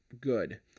good